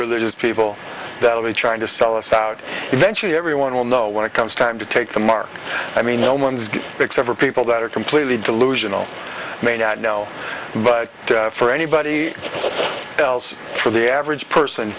religious people that will be trying to sell us out eventually everyone will know when it comes time to take the mark i mean no one's good except for people that are completely delusional may not know but for anybody else for the average person